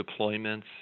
deployments